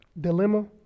dilemma